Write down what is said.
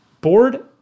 Board